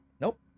nope